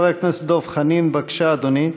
חבר הכנסת דב חנין, בבקשה, אדוני.